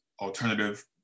alternative